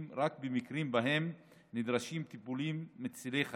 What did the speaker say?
רק במקרים שבהם נדרשים טיפולים מצילי חיים,